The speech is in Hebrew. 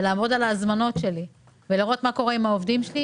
לעבוד על ההזמנות שלהם ולראות מה קורה עם העובדים שלהם,